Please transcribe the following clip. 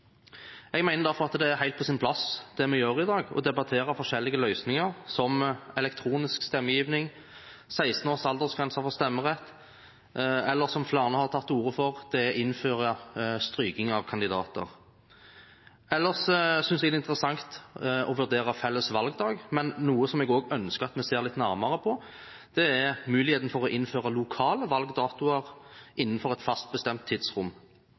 Jeg mener derfor at det er helt på sin plass det vi gjør i dag: å debattere forskjellige løsninger som elektronisk stemmegivning, 16 års-grense for stemmerett eller – som flere har tatt til orde for – å innføre strykning av kandidater. Ellers synes jeg det er interessant å vurdere felles valgdag, men noe som jeg også ønsker at vi ser litt nærmere på, er muligheten for å innføre lokale valgdatoer innenfor et fast bestemt tidsrom.